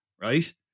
Right